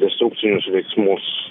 destrukcinius veiksmus